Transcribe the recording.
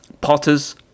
Potters